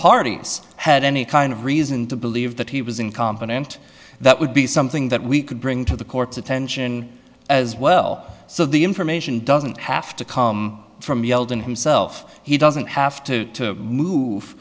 parties had any kind of reason to believe that he was incompetent that would be something that we could bring to the court's attention as well so the information doesn't have to come from yeldon himself he doesn't have to move